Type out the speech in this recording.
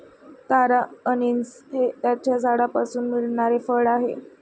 तारा अंनिस हे त्याच्या झाडापासून मिळणारे फळ आहे